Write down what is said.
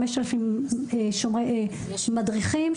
5,000 מדריכים,